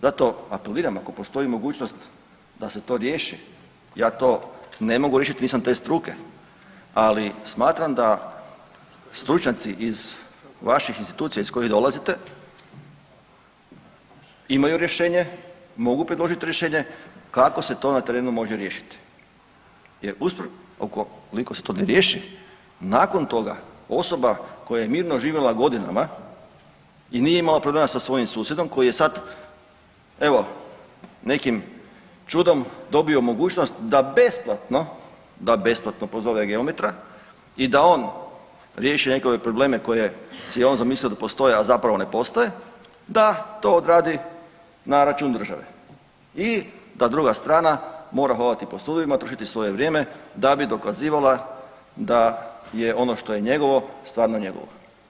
Zato apeliram, ako postoji mogućnost da se to riječi, ja to ne mogu riješiti, nisam te struke, ali smatram da stručnjaci iz vaših institucija iz kojih dolazite, imaju rješenje, mogu predložiti rješenje kako se to na terenu može riješiti jer .../nerazumljivo/... ukoliko se to ne riješi, nakon toga, osoba koja je mirno živjela godinama i nije imala problema sa svojim susjedom, koji sad, evo, nekim čudom dobio mogućnost da besplatno pozove geometra i da on riješi njegove probleme koje si je on zamislio da postoje, a zapravo ne postoje, da to odradi na račun države i ta druga strana mora hodati po sudovima, trošiti svoje vrijeme da bi dokazivala da je ono što je njegovo stvarno njegovo.